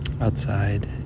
outside